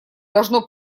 должно